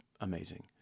amazing